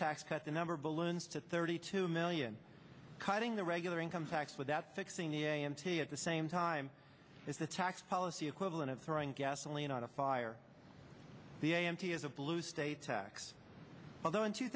tax cut the number balloons to thirty two million cutting the regular income tax without fixing the a m t at the same time is a tax policy equivalent of throwing gasoline on a fire the a m t is a blue state tax although in two